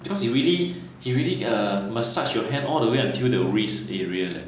because it really he really err massage your hand all the way until the wrist area leh